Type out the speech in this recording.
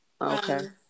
Okay